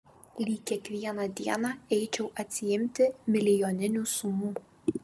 lyg kiekvieną dieną eičiau atsiimti milijoninių sumų